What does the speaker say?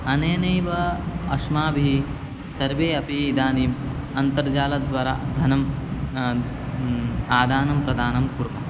अनेनैव अस्माभिः सर्वे अपि इदानीम् अन्तर्जालद्वारा धनं आदानं प्रदानं कुर्मः